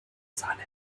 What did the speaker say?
sahne